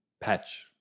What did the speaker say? patch